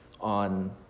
on